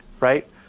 right